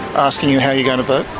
asking you how you're going to vote?